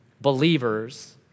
Believers